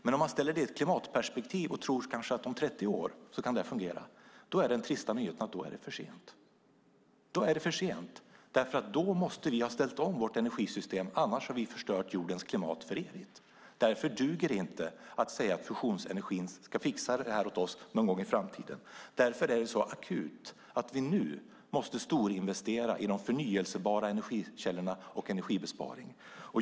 Men om man ställer detta i ett klimatperspektiv och tror att detta kanske kan fungera om 30 år är den trista nyheten att det då är för sent. Då måste vi nämligen ha ställt om vårt energisystem, annars har vi förstört jordens klimat för evigt. Därför duger det inte att säga att fusionsenergin ska fixa detta åt oss någon gång i framtiden. Därför är det så akut att vi nu måste storinvestera i de förnybara energikällorna och i energibesparing.